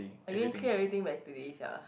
are you going to clear everything by today sia